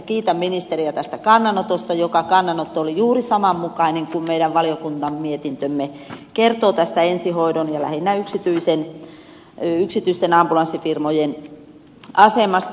kiitän ministeriä tästä kannanotosta joka kannanotto oli juuri saman mukainen kuin meidän valiokunnan mietintömme kertoo tästä ensihoidon ja lähinnä yksityisten ambulanssifirmojen asemasta